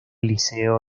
liceo